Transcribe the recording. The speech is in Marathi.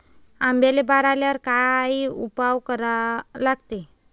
आंब्याले बार आल्यावर काय उपाव करा लागते?